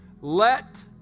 Let